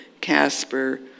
Casper